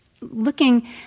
looking